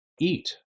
eat